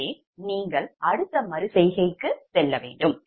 எனவே நீங்கள் அடுத்த மறு செய்கைக்கு செல்ல வேண்டும்